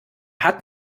hat